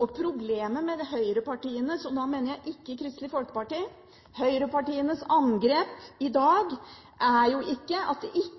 Problemet med høyrepartiene – og da mener jeg ikke Kristelig Folkeparti – og deres angrep i dag er ikke at det ikke